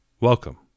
Welcome